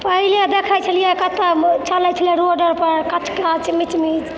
पहिने देखै छलियै कतहु चलै छलै रोडेपर कच कच मिच मिच